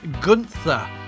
Gunther